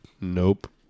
Nope